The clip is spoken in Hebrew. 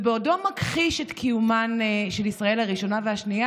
ובעודו מכחיש את קיומן של ישראל הראשונה והשנייה,